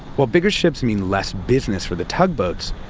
while bigger ships mean less business for the tugboats,